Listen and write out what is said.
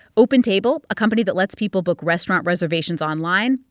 open table, a company that lets people book restaurant reservations online,